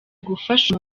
gufasha